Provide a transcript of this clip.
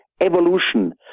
evolution